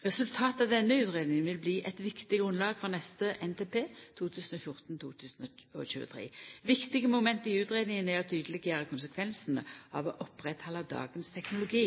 Resultatet av denne utgreiinga vil bli eit viktig grunnlag for neste NTP 2014–2023. Viktige moment i utgreiinga er å tydeleggjera konsekvensane av å oppretthalda dagens teknologi